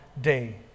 day